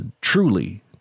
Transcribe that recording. truly